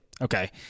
Okay